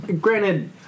granted